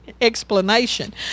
explanation